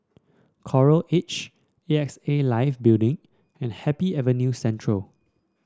Coral Edge A X A Life Building and Happy Avenue Central